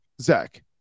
Zach